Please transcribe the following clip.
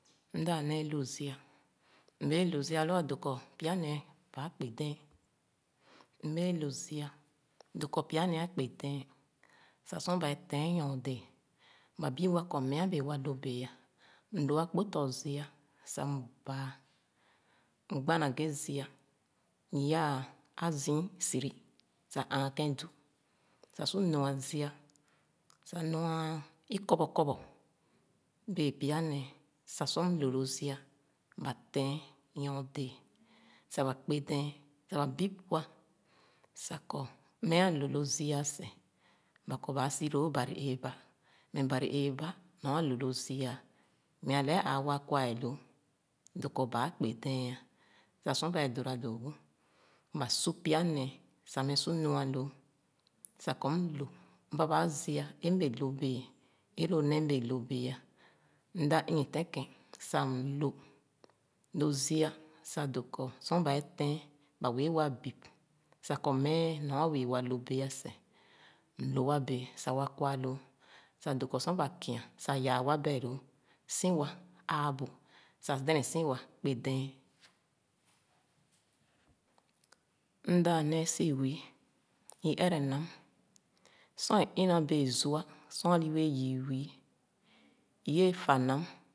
Mda nēē lē zi’a. M’bee lō zi’a lō adōō kɔ pya hēē baa kpodɛ̄n. M’bee lō zi’a dōō kɔ pya hēē ākpedɛ̄n sah sa ba’ē lɛ̄ɛ̄n nyor dēē ba bib wa kɔ meh ābēē wa lō bēē’a. M’lō akpōlō zi’a sah m’bāā. M’gba na ghe zi’a m’yaa azii siri sah nāa jēn du sah su lō, a zi’ā. Sah lō’a, ikɔbɔ kɔbɔ bēē sah ba kpodɛ̄n. Sah ba bib wa kɔ baa silōō bari-eeba meh bari-eeba nɔ lō lō zi’a, meh alē āā wā kwa’ē lōō dōō kɔ baa kpebɛ̄n ē. Sah sor baa dora dōō wo, ba su pya nēē sah meh su nua lōō sah kɔ m’lò ba bāā zi’a é m’bēē lō bēē é ló nēē m’bēē lɛ̄ bēē ā. M’da inghi tēn kēn sah m’lo lō zi’a do̱ kɔ sor ba’e tɛ̄ɛ̄n, ba wēē wa bib sah kɔ meh nɔ ā wēē wa lō béé aseh. M’lō wa bēē sah wa kwa lōō sah dōō kɔ sor ba kia, sah yaa wa bēh-loo, si wa āābu, sah dɛnɛ si wa kpedɛ̄n. Mda nēē si wii. I ere ham, sor é ina bēē zua, sor ili wēē yii wii. I wēē yà nam